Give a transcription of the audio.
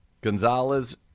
Gonzalez